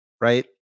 right